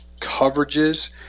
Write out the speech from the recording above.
coverages